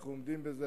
ואנחנו עומדים בזה,